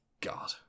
god